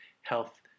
health